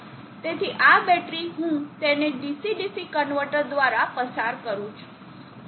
તેથી આ બેટરી હું તેને ડીસી ડીસી કન્વર્ટર દ્વારા પસાર કરું છું